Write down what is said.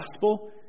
gospel